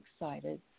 excited